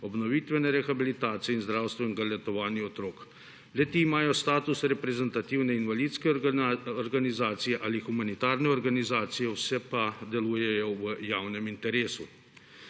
obnovitvene rehabilitacije in zdravstvenega letovanja otrok. Le-ti imajo status reprezentativne invalidske organizacije ali humanitarne organizacije, vse pa delujejo v javnem interesu.